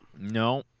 No